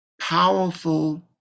powerful